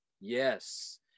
Yes